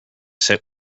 sit